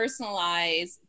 personalize